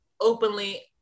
openly